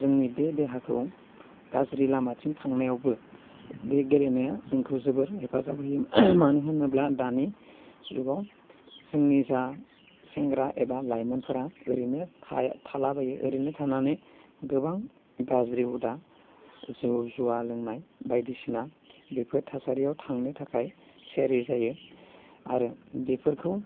जोंनि बे देहाखौ गाज्रि लामाथिं थांनायावबो बे गेलेनाया जोंखौ हेफाजाब होयो मानो होनोब्ला दानि जुगाव जोंनि जा सेंग्रा एबा लाइमोनफोरा ओरैनो थालाबायो ओरैनो थानानै गोबां गाज्रि हुदा जौ जुवा लोंनाय बायदिसिना बेफोर थासारियाव थांनो थाखाय थियारि जायो आरो बेफोरखौ